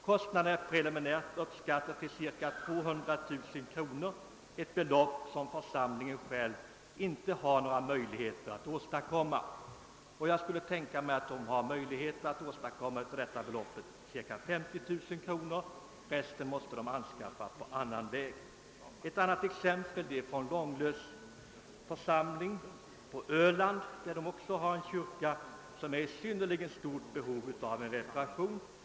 Kostnaderna är preliminärt uppskattade till cirka 200 000 kronor, ett belopp som församlingen själv inte har några möjligheter att åstadkomma. Av den behövliga summan torde församlingen kunna bidra med 50 000 kronor; resten måste anskaffas på annan väg. Ett annat exempel är Långlöts församling på Öland, som också har en kyrka som är i synnerligen stort behov av reparationer.